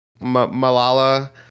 Malala